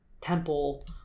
temple